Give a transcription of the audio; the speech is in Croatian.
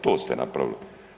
To ste napravili.